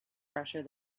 pressure